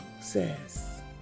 says